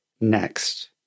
next